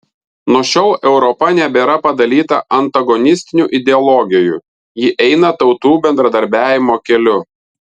nuo šiol europa nebėra padalyta antagonistinių ideologijų ji eina tautų bendradarbiavimo keliu